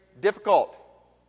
difficult